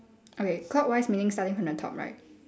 okay clockwise meaning starting from the top right